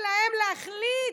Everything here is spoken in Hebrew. הוא נתן להם להחליט,